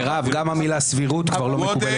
מירב, גם המילה "סבירות" כבר לא מקובלת בשולחן.